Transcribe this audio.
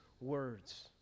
words